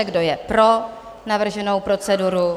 Kdo je pro navrženou proceduru?